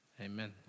Amen